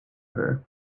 her